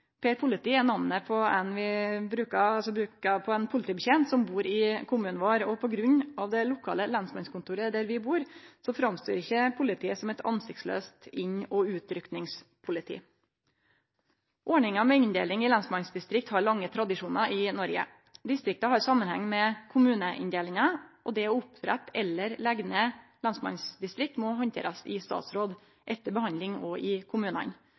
Per politi. Per politi er namnet vi bruker på ein politibetjent som bur i kommunen vår. På grunn av det lokale lensmannskontoret der vi bur, ser vi ikkje på politiet som eit ansiktslaust inn- og utrykkingspoliti. Ordninga med inndeling i lensmannsdistrikt har lange tradisjonar i Noreg. Distrikta har samanheng med kommuneinndelinga, og det å opprette eller leggje ned lensmannsdistrikt må handterast i statsråd, etter handsaming i kommunane.